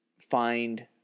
find